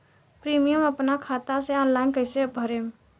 Premium अपना खाता से ऑनलाइन कईसे भरेम?